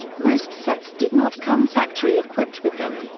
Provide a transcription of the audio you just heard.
most sets did not come factory-equipped with them,